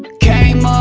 came